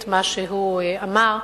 את מה שהוא אמר,